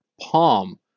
palm